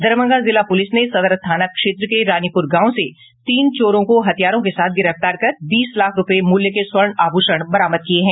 दरभंगा जिला पुलिस ने सदर थाना क्षेत्र के रानीपुर गांव से तीन चोरों को हथियारों के साथ गिरफ्तार कर बीस लाख रुपये मूल्य के स्वर्ण आभूषण बरामद किए हैं